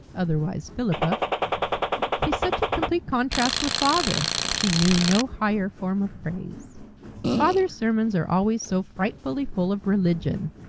otherwise philippa he's such a complete contrast with father. she knew no higher form of praise father's sermons are always so frightfully full of religion.